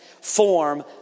form